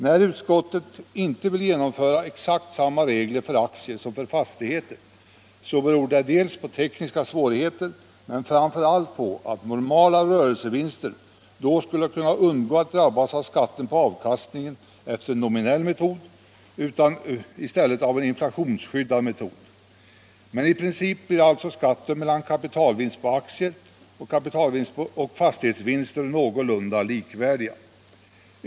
När utskottet inte vill genomföra exakt samma regler för aktier som för fastigheter, beror det till en del på tekniska svårigheter men framför allt på att normala rörelsevinster då skulle kunna undgå att drabbas av skatt på avkastningen efter nominell metod och i stället beräknas enligt en inflationsskyddad metod. Men i princip blir alltså skatten på kapitalvinst av aktier och skatten på fastighetsvinster någorlunda likvärdiga.